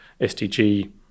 SDG